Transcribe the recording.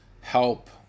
help